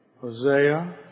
Hosea